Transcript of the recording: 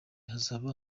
hazaba